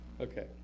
Okay